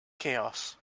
chaos